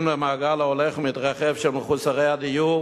למעגל ההולך ומתרחב של מחוסרי הדיור